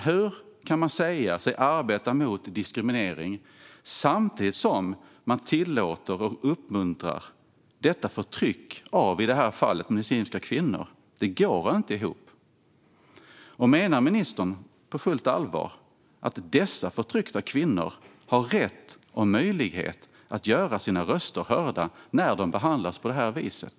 Hur kan man säga sig arbeta mot diskriminering samtidigt som man tillåter och uppmuntrar detta förtryck av i det här fallet muslimska kvinnor? Det går inte ihop. Menar ministern på fullt allvar att dessa förtryckta kvinnor har rätt och möjlighet att göra sina röster hörda när de behandlas på det här viset?